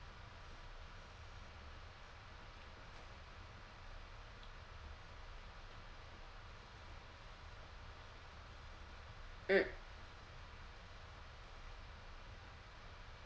mm